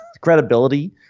credibility